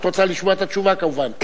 את רוצה לשמוע את התשובה, כמובן.